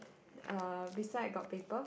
uh beside got paper